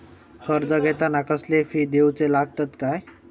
कर्ज घेताना कसले फी दिऊचे लागतत काय?